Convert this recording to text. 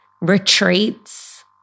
retreats